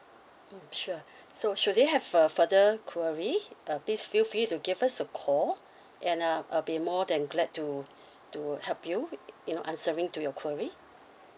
mm sure so should you have a further query uh please feel free to give us a call and uh I'll be more than glad to to help you you know answering to your query